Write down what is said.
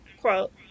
quote